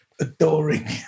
adoring